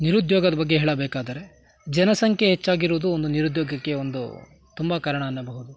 ನಿರುದ್ಯೋಗದ ಬಗ್ಗೆ ಹೇಳಬೇಕಾದರೆ ಜನಸಂಖ್ಯೆ ಹೆಚ್ಚಾಗಿರುವುದು ಒಂದು ನಿರುದ್ಯೋಗಕ್ಕೆ ಒಂದು ತುಂಬ ಕಾರಣ ಎನ್ನಬಹುದು